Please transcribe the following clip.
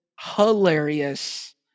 hilarious